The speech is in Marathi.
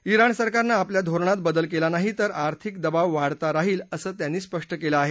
ज्ञाण सरकारनं आपल्या धोरणात बदल केला नाही तर आर्थिक दबाव वाढता राहील असं त्यांनी स्पष्ट केलंय